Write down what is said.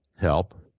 help